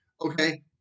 okay